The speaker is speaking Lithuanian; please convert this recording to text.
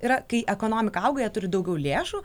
yra kai ekonomika auga jie turi daugiau lėšų